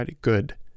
Good